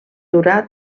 durà